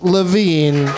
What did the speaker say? Levine